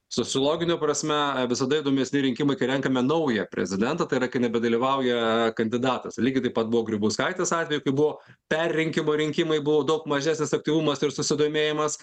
sociologine prasme visada įdomesni rinkimai kai renkame naują prezidentą tai yra kai nebedalyvauja kandidatas lygiai taip pat buvo grybauskaitės atveju kai buvo perrinkimo rinkimai buvo daug mažesnis aktyvumas ir susidomėjimas